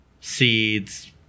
seeds